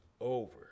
over